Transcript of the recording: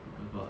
what